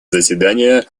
заседания